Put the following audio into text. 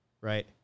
right